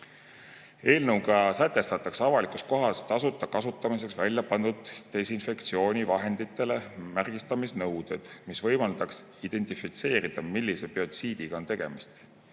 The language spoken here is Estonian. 2020.Eelnõuga sätestatakse avalikus kohas tasuta kasutamiseks väljapandud desinfektsioonivahendite märgistamise nõuded, mis võimaldaks identifitseerida, millise biotsiidiga on tegemist.